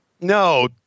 No